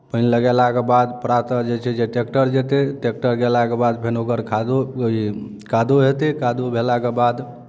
पानइ लगेलाके बाद प्रातः जे छै जे ट्रैक्टर जेतै ट्रैक्टर गेलाके बाद फेन ओकर खादो ई कादो हेतै कादो भेलाके बाद